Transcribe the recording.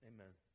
Amen